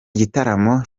gitaramo